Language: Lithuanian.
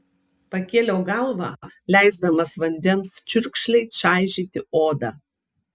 pakėliau galvą leisdamas vandens čiurkšlei čaižyti odą